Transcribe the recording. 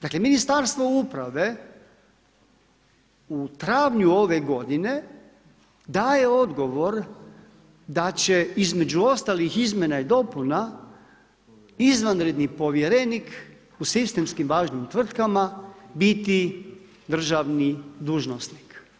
Dakle Ministarstvo uprave u travnju ove godine daje odgovor da će, između ostalih izmjena i dopuna, izvanredni povjerenik u sistemski važnim tvrtkama biti državni dužnosnik.